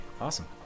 awesome